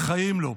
בחיים לא.